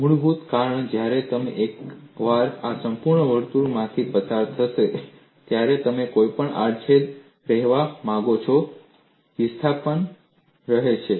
મુખ્યત્વે કારણ કે જ્યારે હું એકવાર આ સંપૂર્ણ વર્તુળમાંથી પસાર થઈશ ત્યારે તમે કોઈપણ આડ છેદમાં રહેવા માંગો છો વિસ્થાપન સમાન રહે છે